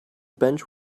bench